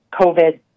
COVID